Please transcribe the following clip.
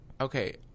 Okay